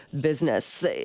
business